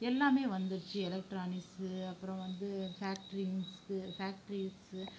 எல்லாமே வந்துருச்சு எலெக்ட்ரானிக்ஸு அப்புறம் வந்து ஃபேக்ட்ரிங்ஸு ஃபேக்ட்ரீஸு